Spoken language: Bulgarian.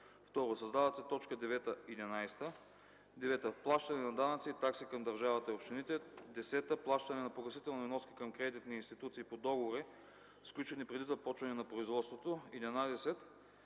2. Създават се точки 9-11: „9. плащане на данъци и такси към държавата и общините; 10. плащане на погасителни вноски към кредитни институции по договори, сключени преди започване на производството; 11.